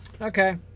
Okay